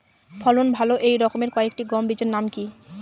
ফলন ভালো এই রকম কয়েকটি গম বীজের নাম কি?